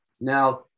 Now